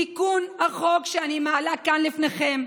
תיקון החוק שאני מעלה כאן לפניכם,